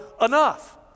enough